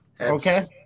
Okay